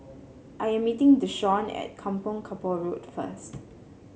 I am meeting Deshawn at Kampong Kapor Road first